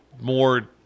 more